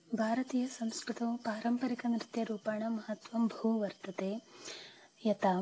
भारतीयसंस्कृतौ पारम्परिकनृत्यरूपाणां महत्त्वं बहु वर्तते यथा